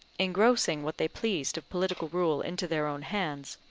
engrossing what they pleased of political rule into their own hands,